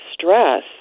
stress